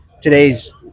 today's